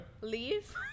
Leave